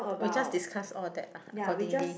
we just discuss all that lah accordingly